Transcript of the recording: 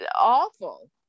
awful